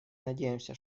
надеемся